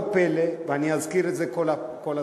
לא פלא, ואני אזכיר את זה כל הזמן,